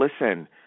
listen